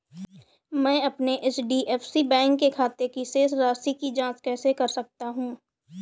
मैं अपने HDFC bank के खाते की शेष राशि की जाँच कैसे कर सकता हूँ?